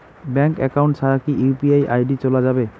Bank account ছাড়া কি UPI ID চোলা যাবে?